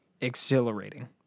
exhilarating